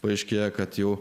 paaiškėjo kad jų